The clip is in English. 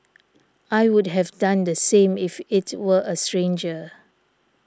I would have done the same if it were a stranger